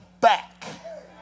back